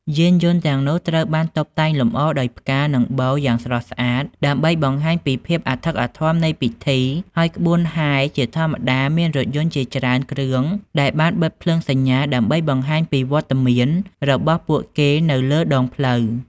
យានយន្តទាំងនោះត្រូវបានតុបតែងលម្អដោយផ្កា និងបូយ៉ាងស្រស់ស្អាតដើម្បីបង្ហាញពីភាពអធិកអធមនៃពិធី ហើយក្បួនហែរជាធម្មតាមានរថយន្តជាច្រើនគ្រឿងដែលបានបិទភ្លើងសញ្ញាដើម្បីបង្ហាញពីវត្តមានរបស់ពួកគេនៅលើដងផ្លូវ។